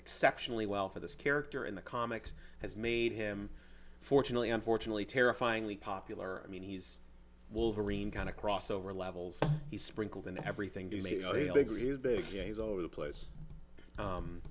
exceptionally well for this character in the comics has made him fortunately unfortunately terrifyingly popular i mean he's wolverine kind of crossover levels he's sprinkled in everything to do big games over the place